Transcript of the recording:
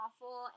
awful